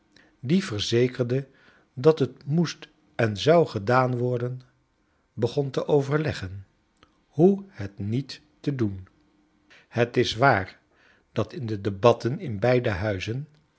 die verzekerde dat het moest en zou gedaan worden begon te overleggen hoe het niet te doen het is waar dat in de debatten in beide huizen